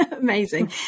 Amazing